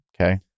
Okay